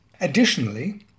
Additionally